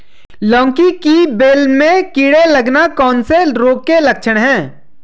लौकी की बेल में कीड़े लगना कौन से रोग के लक्षण हैं?